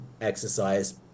exercise